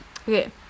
okay